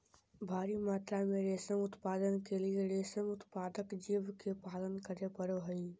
भारी मात्रा में रेशम उत्पादन के लिए रेशम उत्पादक जीव के पालन करे पड़ो हइ